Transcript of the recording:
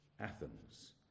Athens